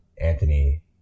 Anthony